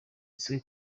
isuka